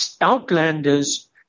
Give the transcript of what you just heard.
outlanders